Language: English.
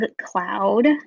Cloud